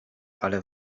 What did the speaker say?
ale